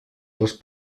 les